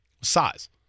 Size